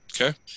okay